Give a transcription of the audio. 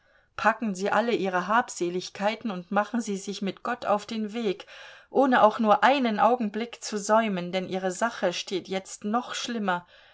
packen sie alle ihre habseligkeiten und machen sie sich mit gott auf den weg ohne auch nur einen augenblick zu säumen denn ihre sache steht jetzt noch schlimmer